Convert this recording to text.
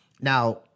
Now